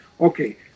okay